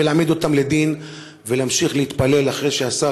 להעמיד אותם לדין ולהמשיך להתפלל אחרי שהשר,